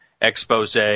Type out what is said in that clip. expose